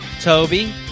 Toby